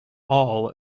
all